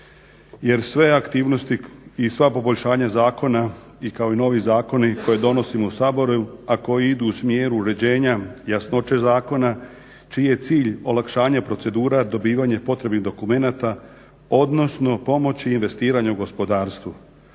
jer sve aktivnosti i sva poboljšanja zakona i kao i novi zakoni koje donosimo u Saboru, a koji idu u smjeru uređenja jasnoće zakona, čiji je cilj olakšanje procedura, dobivanje potrebnih dokumenata, odnosno pomoći investiranju u gospodarstvu.